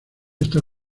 está